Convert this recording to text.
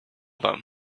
them